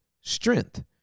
strength